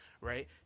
right